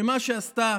שמה שעשתה